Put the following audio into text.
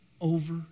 Over